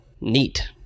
neat